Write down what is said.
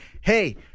hey